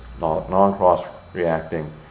non-cross-reacting